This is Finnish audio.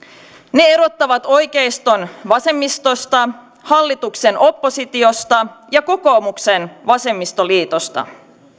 ne erottavat oikeiston vasemmistosta hallituksen oppositiosta ja kokoomuksen vasemmistoliitosta